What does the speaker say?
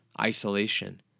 isolation